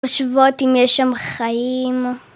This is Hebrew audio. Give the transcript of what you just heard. חושבות אם יש שם חיים.